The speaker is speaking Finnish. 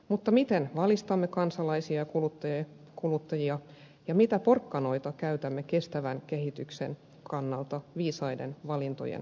mutta miten valistamme kansalaisia ja kuluttajia ja mitä porkkanoita käytämme kestävän kehityksen kannalta viisaiden valintojen tekemiseen